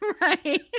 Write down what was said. Right